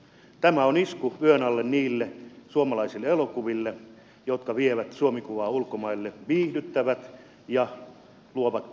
tämä on isku vyön alle niille suomalaisille elokuville jotka vievät suomi kuvaa ulkomaille viihdyttävät ja luovat kulttuuripääomaa